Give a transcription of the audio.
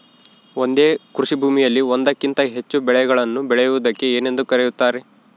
ಒಂದೇ ಕೃಷಿಭೂಮಿಯಲ್ಲಿ ಒಂದಕ್ಕಿಂತ ಹೆಚ್ಚು ಬೆಳೆಗಳನ್ನು ಬೆಳೆಯುವುದಕ್ಕೆ ಏನೆಂದು ಕರೆಯುತ್ತಾರೆ?